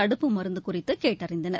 தடுப்பு மருந்து குறித்து கேட்டறிந்தனர்